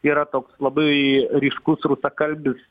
yra toks labai ryškus rusakalbis